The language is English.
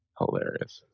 hilarious